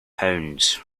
pounds